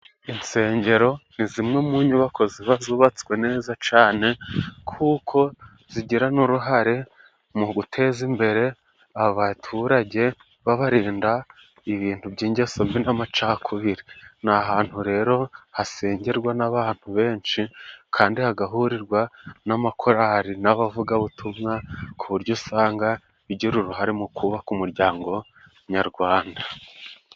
Insengero ni zimwe mu nyubako ziba zubatswe neza cane, kuko zigira n'uruhare mu guteza imbere abaturage. Babarinda ibintu by'ingeso mbi n'amacakubiri. Ni ahantu rero hasengerwa n'abantu benshi kandi hagahurirwa n'amakorali n'abavugabutumwa, ku buryo usanga bigira uruhare mu kubaka umuryango nyarwanda.